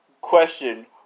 Question